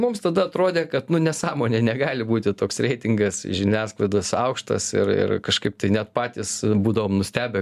mums tada atrodė kad nu nesąmonė negali būti toks reitingas žiniasklaidos aukštas ir ir kažkaip tai net patys būdavom nustebę